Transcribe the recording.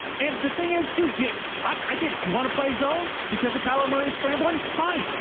and the thing is too. yeah i get it. you want to play zone because of kyler murray, scrambling, fine.